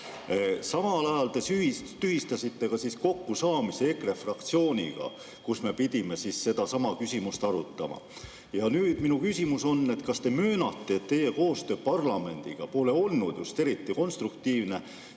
Samal ajal te tühistasite ka kokkusaamise EKRE fraktsiooniga, kus me pidime sedasama küsimust arutama. Ja nüüd minu küsimus on: kas te möönate, et teie koostöö parlamendiga pole olnud just eriti konstruktiivne,